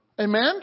Amen